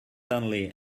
only